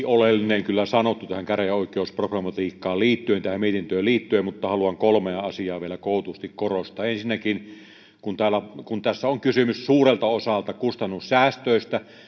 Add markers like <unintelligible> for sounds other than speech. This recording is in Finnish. <unintelligible> oleellinen kyllä sanottu tähän käräjäoikeusproblematiikkaan liittyen tähän mietintöön liittyen mutta haluan kolmea asiaa vielä kootusti korostaa ensinnäkin kun tässä on kysymys suurelta osalta kustannussäästöistä